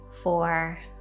four